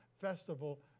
Festival